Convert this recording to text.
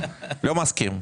עצור כאן.